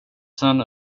son